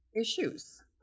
issues